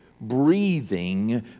breathing